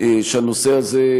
שהנושא הזה,